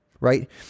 right